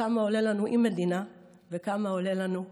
"כמה עולה לנו עם מדינה / וכמה עולה לנו בלי".